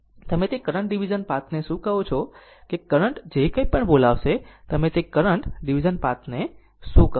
તમે તે current division પાથને શું કહો છો કે કરંટ માં જે કંઇ પણ બોલાવશે તમે તે કરંટ ડીવીઝન પાથને શું કહો છો